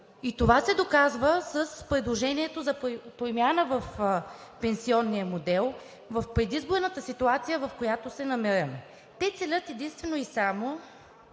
Това се доказва с предложението за промяна в пенсионния модел в предизборната ситуация, в която се намираме. Те целят единствено и само